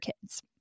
kids